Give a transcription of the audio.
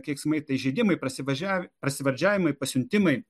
keiksmai tai įžeidimai prasivažia prasivardžiavimai pasiuntimai